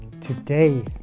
Today